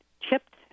chipped